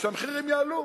כשהמחירים יעלו.